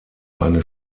eine